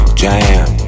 jam